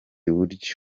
buryo